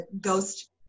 ghost